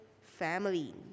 family